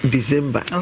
December